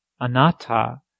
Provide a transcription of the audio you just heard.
anatta